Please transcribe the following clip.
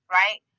right